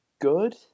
good